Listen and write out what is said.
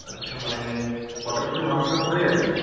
আচ্ছা মানে হঠাৎ করে মাথা ঘুরে পড়ে গেছে